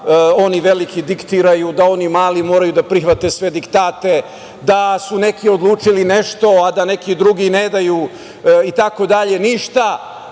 oni veliki diktiraju a da oni mali moraju da prihvate sve diktate, da su neki odlučili nešto a da neki drugi ne daju ništa, itd,